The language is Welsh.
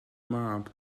mab